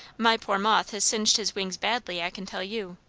my poor moth has singed his wings badly, i can tell you.